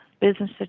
business